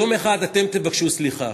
יום אחד אתם תבקשו סליחה.